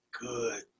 good